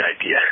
idea